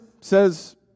says